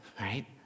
right